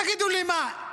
תגידו לי, מה,